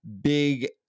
big